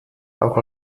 auch